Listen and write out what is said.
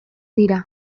dira